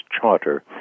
charter